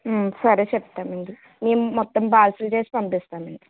సరే చేప్తానండి నేను మొత్తం పార్సల్ చేసి పంపిస్తానండి